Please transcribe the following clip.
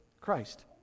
Christ